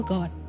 God